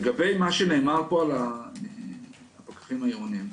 לגבי מה שנאמר פה על הפקחים העירונים.